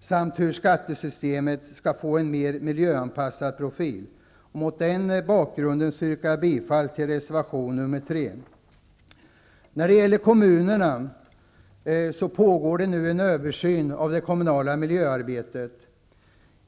samt hur skattesystemet skall få en mer miljöanpassad profil. Mot den bakgrunden yrkar jag bifall till reservation 3. När det gäller kommunerna pågår nu en översyn av det kommunala miljöarbetet.